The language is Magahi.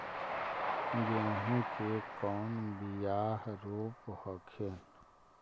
गेहूं के कौन बियाह रोप हखिन?